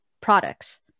products